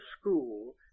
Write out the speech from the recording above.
school